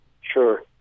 Sure